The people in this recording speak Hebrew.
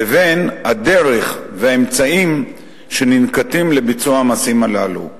לבין הדרך והאמצעים שננקטים לביצוע המעשים הללו.